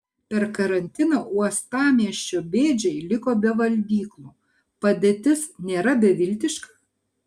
per karantiną uostamiesčio bėdžiai liko be valgyklų padėtis nėra beviltiška